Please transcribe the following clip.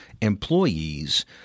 employees